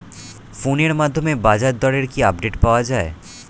ফোনের মাধ্যমে বাজারদরের কি আপডেট পাওয়া যায়?